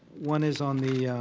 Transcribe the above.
one is on the